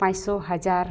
ᱯᱟᱸᱪᱥᱚ ᱦᱟᱡᱟᱨ